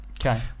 okay